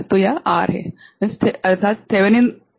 तो यह R है